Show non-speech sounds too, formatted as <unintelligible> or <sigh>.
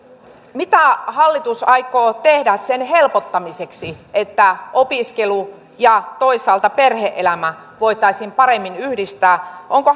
mitä hallitus aikoo tehdä sen helpottamiseksi että opiskelu ja toisaalta perhe elämä voitaisiin paremmin yhdistää onko <unintelligible>